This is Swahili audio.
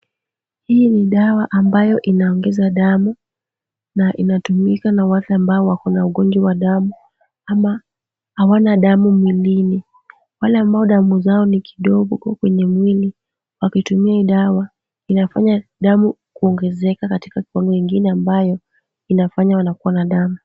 Hii ni dawa ambayo inaongeza damu, na inatumika na watu ambao wana ugonjwa wa damu, ama hawana damu mwilini. Wale ambao damu zao ni kidogo kwenye mwili wakitumia hii dawa inafanya damu kuongezeka katika kiwango ingine ambayo inafanya wanakuwa na damu.